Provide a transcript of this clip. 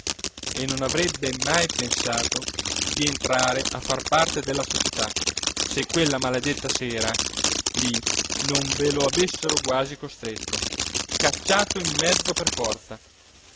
e non avrebbe mai pensato di entrare a far parte della società se quella maledetta sera lí non ve lo avessero quasi costretto cacciato in mezzo per forza